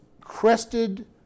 crested